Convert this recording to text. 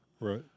Right